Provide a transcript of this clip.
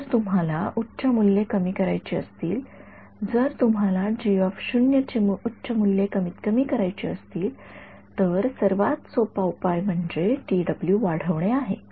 जर तुम्हाला उच्च मूल्ये कमी करायची असतील जर तुम्हाला ची उच्च मूल्ये कमीतकमी करायची असतील तर सर्वात सोपा उपाय म्हणजे वाढवणे आहे